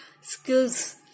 skills